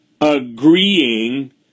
agreeing